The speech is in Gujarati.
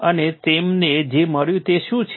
અને તેમને જે મળ્યું તે શું છે